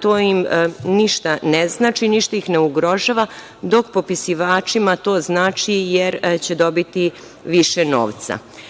to im ništa ne znači, ništa ih ne ugrožava, dok popisivačima to znači, jer će dobiti više novca. Zatim,